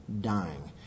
dying